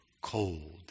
cold